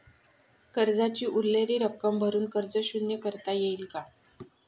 कर्जाची उरलेली रक्कम भरून कर्ज शून्य करता येईल का?